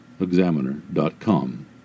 Examiner.com